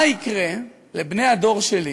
מה יקרה לבני הדור שלי